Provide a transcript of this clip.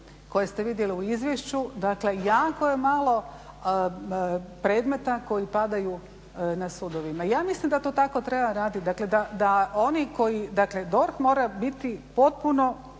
koje ste vidjeli u izvješću. Dakle, jako je malo predmeta koji padaju na sudovima. Ja mislim da to tako treba raditi, dakle da oni koji DORH mora biti potpuno